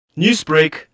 Newsbreak